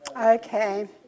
Okay